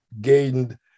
gained